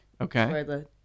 Okay